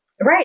Right